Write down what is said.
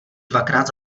dvakrát